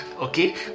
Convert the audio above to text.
okay